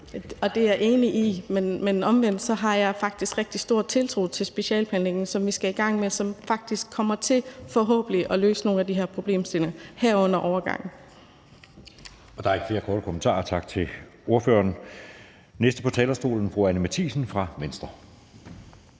Det er jeg enig i, men omvendt har jeg faktisk rigtig stor tiltro til specialeplanlægningen, som vi skal i gang med, og som faktisk kommer til – forhåbentlig – at løse nogle af de her problemstillinger, herunder det med overgangen. Kl. 12:11 Anden næstformand (Jeppe Søe): Der er ikke flere korte bemærkninger. Tak til ordføreren. Den næste på talerstolen er fru Anni Matthiesen fra Venstre.